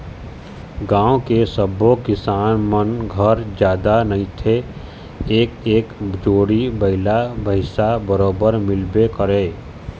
गाँव के सब्बो किसान मन घर जादा नइते एक एक जोड़ी बइला भइसा बरोबर मिलबे करय